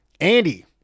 Andy